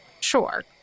Sure